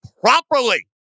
properly